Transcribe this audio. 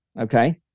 Okay